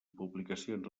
publicacions